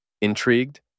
Intrigued